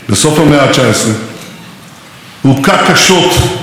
ידי בריונים אנטישמים גם כן לא רחוק משם.